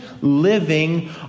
living